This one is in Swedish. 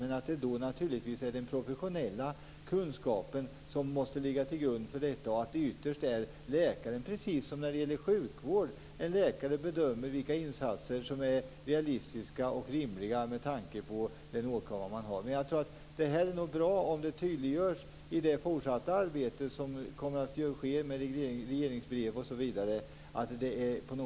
Men då är det naturligtvis den professionella kunskapen som måste ligga till grund. Ytterst är det, precis som när det gäller sjukvård, en läkare som bedömer vilka insatser som är realistiska och rimliga med tanke på den åkomma man har. Jag tror att det är bra om detta tydliggörs i det fortsatta arbete som kommer att ske med regleringsbrev osv.